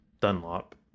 dunlop